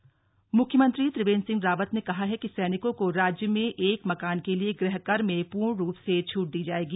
सैनिकों को छूट मुख्यमंत्री त्रिवेन्द्र सिंह रावत ने कहा है कि सैनिकों को राज्य में एक मकान के लिए गृह कर में पूर्ण रूप से छट दी जायेगी